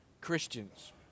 Christians